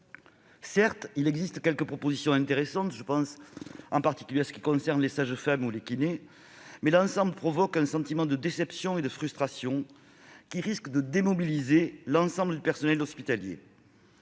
Certes, il existe quelques propositions intéressantes. Je pense en particulier aux mesures concernant les sages-femmes ou les kinésithérapeutes, mais l'ensemble inspire un sentiment de déception et de frustration, qui risque de démobiliser l'ensemble du personnel hospitalier.